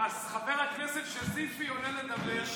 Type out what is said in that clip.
חבר הכנסת שזיפי עולה לדבר.